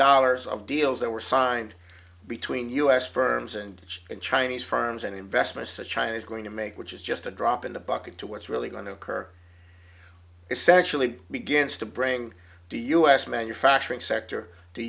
dollars of deals that were signed between u s firms and chinese firms and investments that china is going to make which is just a drop in the bucket to what's really going to occur essentially begins to bring the us manufacturing sector to